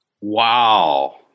Wow